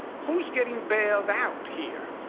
who's getting bailed out here?